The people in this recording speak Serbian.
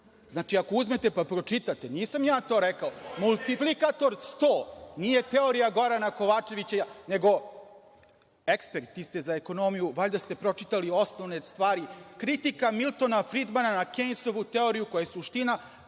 Znači, ako uzmete pa pročitate, nisam ja to rekao, Multiplikator sto, nije teorija Gorana Kovačevića, nego eksperti ste za ekonomiju, valjda ste pročitali osnovne stvari. Kritika Miltona Fridmana na Kejnsovu teoriju koja je suština